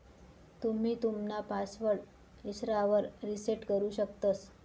तुम्ही तुमना पासवर्ड इसरावर रिसेट करु शकतंस